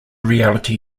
reality